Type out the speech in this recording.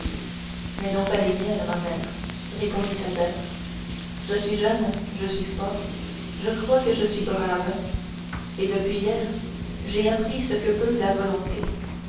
mais non pas les miennes ma mère répondit albert je suis jeune je suis fort je crois que je suis brave et depuis hier j'ai appris ce que peut la volonté